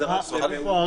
שהם מקרים בריאותיים.